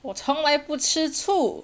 我从来不吃醋